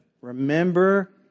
remember